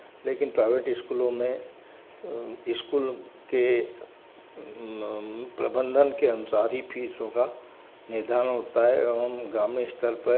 लेकिन प्राइवेट स्कूलों में स्कूल के प्रबंधन के अनुसार ही फीस होगा निर्धारण होता है ग्रामीण स्तर पे